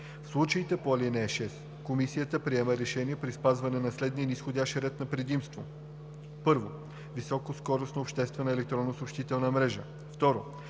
В случаите по ал. 6 Комисията приема решение при спазване на следния низходящ ред на предимство: 1. високоскоростна обществена електронна съобщителна мрежа; 2.